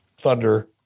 thunder